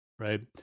right